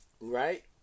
right